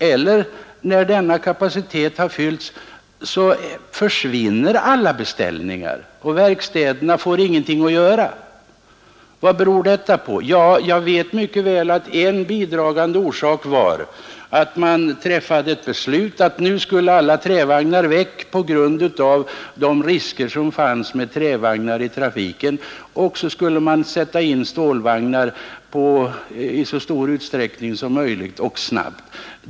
Eller är det så att, när denna kapacitet hade fyllts, alla beställningar försvinner och verkstäderna ingenting får att göra. Vad beror detta på? Ja, jag vet mycket väl att en bidragande orsak har varit att man fattade ett beslut att alla trävagnar skulle bort på grund av de risker i trafiken som trävagnar innebar och så skulle man sätta in stålvagnar i så stor utsträckning som möjligt och snabbt.